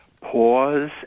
Pause